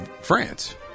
France